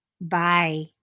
Bye